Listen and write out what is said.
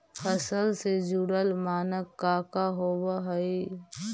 फसल से जुड़ल मानक का का होव हइ?